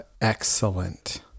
excellent